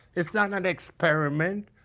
it's not an and experiment.